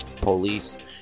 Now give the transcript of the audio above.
police